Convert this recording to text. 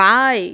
आए